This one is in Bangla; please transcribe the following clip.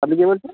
আপনি কে বলছেন